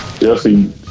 Jesse